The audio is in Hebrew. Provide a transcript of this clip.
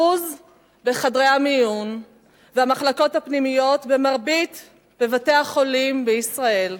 בחדרי המיון ובמחלקות הפנימיות בבתי-החולים בישראל.